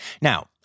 Now